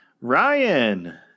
Ryan